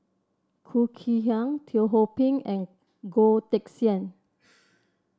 Khoo Kay Hian Teo Ho Pin and Goh Teck Sian